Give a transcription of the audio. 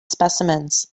specimens